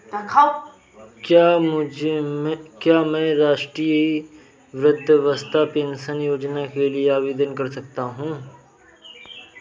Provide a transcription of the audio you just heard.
क्या मैं राष्ट्रीय वृद्धावस्था पेंशन योजना के लिए आवेदन कर सकता हूँ?